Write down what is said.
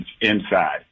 inside